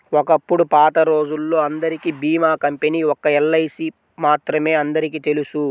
ఒకప్పుడు పాతరోజుల్లో అందరికీ భీమా కంపెనీ ఒక్క ఎల్ఐసీ మాత్రమే అందరికీ తెలుసు